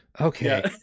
Okay